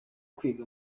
kwiga